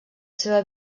seva